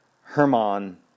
Herman